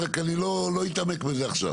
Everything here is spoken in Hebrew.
רק אני לא אתעמק בזה עכשיו.